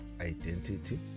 identity